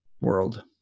world